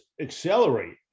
accelerate